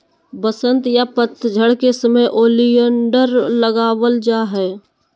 वसंत या पतझड़ के समय ओलियंडर लगावल जा हय